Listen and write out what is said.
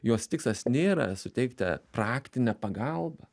jos tikslas nėra suteikti praktinę pagalbą